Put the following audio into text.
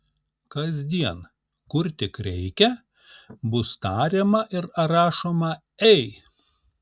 kasdien kur tik reikia bus tariama ir rašoma ei